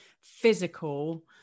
physical